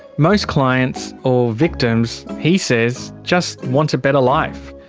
most clients or victims he says just want a better life.